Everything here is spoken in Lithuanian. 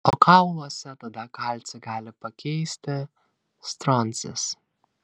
o kauluose tada kalcį gali pakeisti stroncis